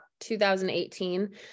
2018